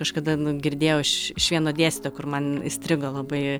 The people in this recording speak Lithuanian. kažkada nu girdėjau iš iš vieno dėstytojo kur man įstrigo labai